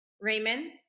Raymond